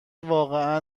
واقعا